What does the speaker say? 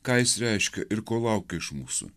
ką jis reiškia ir ko laukia iš mūsų